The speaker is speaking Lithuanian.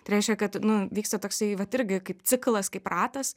tai reiškia kad nu vyksta toksai vat irgi kaip ciklas kaip ratas